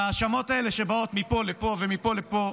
וההאשמות האלה שבאות מפה לפה, ומפה לפה,